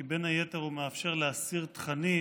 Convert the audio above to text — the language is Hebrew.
כי בין היתר הוא מאפשר להסיר תכנים